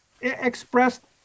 expressed